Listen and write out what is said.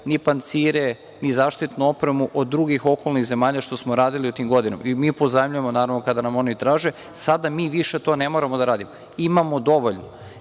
ni pancire, ni zaštitnu opremu od drugih okolnih zemalja što smo radili u tim godinama. I mi pozajmljujemo, naravno, kada nam oni traže. Sada mi više to ne moramo da radimo, imamo dovoljno. Naravno,